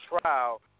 trial